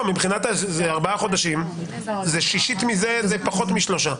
ארבעה חודשים, שישית מזה זה פחות משלושה.